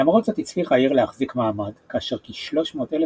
למרות זאת הצליחה העיר להחזיק מעמד - כאשר כ-300,000